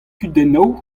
kudennoù